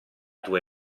due